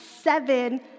seven